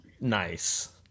nice